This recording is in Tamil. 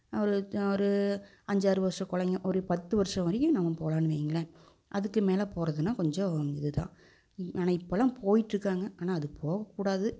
ஒரு தா ஒரு அஞ்சாறு வர்ஷம் குழைங்க ஒரு பத்து வர்ஷம் வரைக்கும் நம்ம போகலான்னு வைங்களேன் அதுக்கு மேலே போகறதுனா கொஞ்சம் இது தான் இ ஆனால் இப்போல்லாம் போயிட்டுருக்காங்க ஆனால் அது போகக்கூடாது